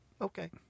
Okay